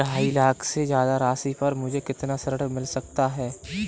ढाई लाख से ज्यादा राशि पर मुझे कितना ऋण मिल सकता है?